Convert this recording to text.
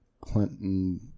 Clinton